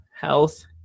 health